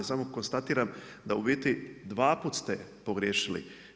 Samo konstatiram da u biti, 2 puta ste pogriješili.